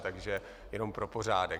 Takže jenom pro pořádek.